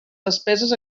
despeses